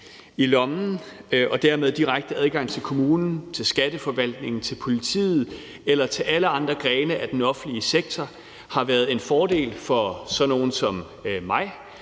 i lommen og dermed direkte adgang til kommunen, til Skatteforvaltningen, til politiet eller til alle andre grene af den offentlige sektor har været en fordel for sådan nogle som mig